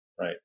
right